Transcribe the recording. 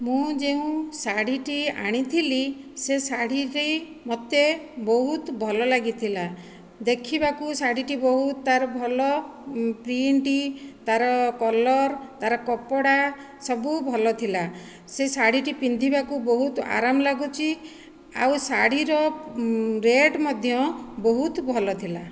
ମୁଁ ଯେଉଁ ଶାଢ଼ୀଟି ଆଣିଥିଲି ସେ ଶାଢ଼ୀଟି ମୋତେ ବହୁତ୍ ଭଲ ଲାଗିଥିଲା ଦେଖିବାକୁ ଶାଢ଼ୀଟି ବହୁତ୍ ତାର ଭଲ ପ୍ରିଣ୍ଟ୍ ତାର କଲର୍ ତାର କପଡ଼ା ସବୁ ଭଲ ଥିଲା ସେ ଶାଢ଼ୀଟି ପିନ୍ଧିବାକୁ ବହୁତ୍ ଆରାମ ଲାଗୁଛି ଆଉ ଶାଢ଼ୀର ରେଟ୍ ମଧ୍ୟ ବହୁତ୍ ଭଲ ଥିଲା